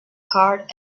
card